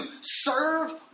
serve